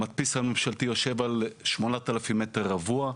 המדפיס הממשלתי יושב על 8,000 מטר רבוע,